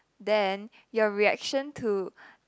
then your reaction to